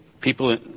people